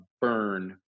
burn